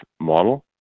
model